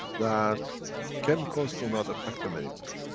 that chemicals do not affect them anymore.